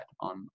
on